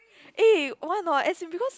eh want or not as in because